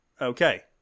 Okay